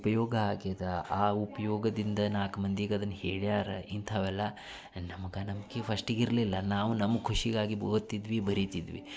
ಉಪಯೋಗ ಆಗಿದ ಆ ಉಪಯೋಗದಿಂದ ನಾಲ್ಕು ಮಂದಿಗೆ ಅದನ್ನು ಹೇಳ್ಯಾರ ಇಂಥವೆಲ್ಲ ನಮ್ಗೆ ನಂಬಿಕೆ ಫಸ್ಟಿಗಿರಲಿಲ್ಲ ನಾವು ನಮ್ಮ ಖುಷಿಗಾಗಿ ಬ ಓದ್ತಿದ್ವಿ ಬರಿತಿದ್ವಿ